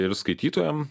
ir skaitytojam